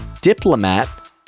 diplomat